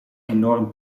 enorm